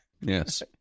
yes